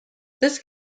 this